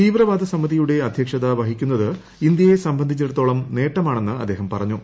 തീവ്രവാദ സമിതിയുടെ അദ്ധ്യക്ഷത വഹിക്കുന്നത് ഇന്ത്യയെ സംബന്ധിച്ചിടത്തോളം നേട്ടമാണെന്ന് അദ്ദേഹം പറഞ്ഞു